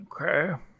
Okay